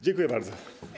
Dziękuję bardzo.